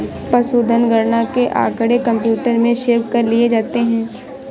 पशुधन गणना के आँकड़े कंप्यूटर में सेव कर लिए जाते हैं